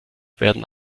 werden